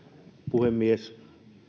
puhemies